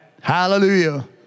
Hallelujah